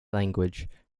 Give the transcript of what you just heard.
language